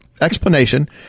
explanation